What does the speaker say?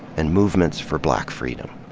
and movements for black freedom.